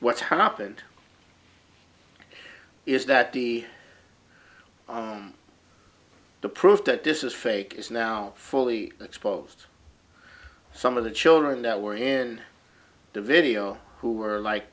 what's happened is that the the proof that this is fake is now fully exposed some of the children that were in the video who were like